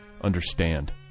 understand